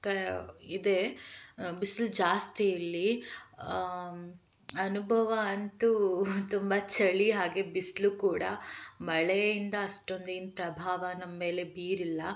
ಕ ಇದೆ ಬಿಸ್ಲು ಜಾಸ್ತಿ ಇಲ್ಲಿ ಅನುಭವ ಅಂತೂ ತುಂಬ ಚಳಿ ಹಾಗೆ ಬಿಸಿಲೂ ಕೂಡ ಮಳೆಯಿಂದ ಅಷ್ಟೊಂದೇನ್ ಪ್ರಭಾವ ನಮ್ಮೇಲೆ ಬೀರಿಲ್ಲ